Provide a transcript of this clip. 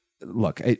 look